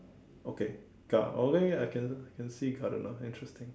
okay gar~ okay ya I can see gardener interesting